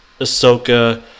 Ahsoka